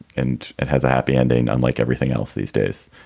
and it has a happy ending, unlike everything else these days.